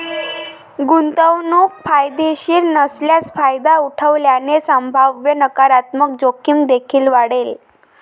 गुंतवणूक फायदेशीर नसल्यास फायदा उठवल्याने संभाव्य नकारात्मक जोखीम देखील वाढेल